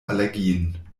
allergien